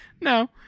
No